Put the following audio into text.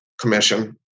commission